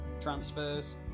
transfers